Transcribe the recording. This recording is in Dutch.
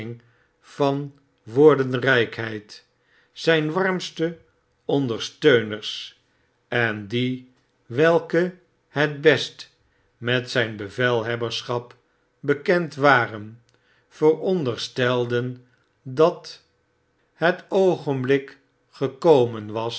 vanw oordenrijkheid zijn warmste ondersteuners en die welke het best met zgn bevelhebberschap bekend waren veronderstelden dat het oogenblik gekomen was